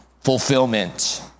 fulfillment